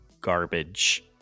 garbage